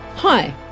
Hi